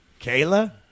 Kayla